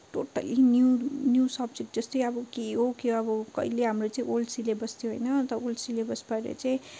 totally new new subject जस्तै अब के हो के हो अब कहिले हाम्रो चाहिँ ओल्ड सिलेबस थियो होइन त ओल्ड सिलेबसबाट चाहिँ